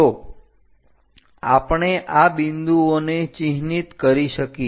તો આપણે આ બિંદુઓને ચિહ્નિત કરી શકીએ